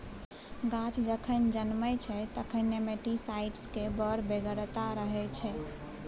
गाछ जखन जनमय छै तखन नेमाटीसाइड्सक बड़ बेगरता रहय छै